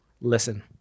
Listen